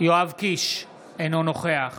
יואב קיש, אינו נוכח